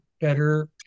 better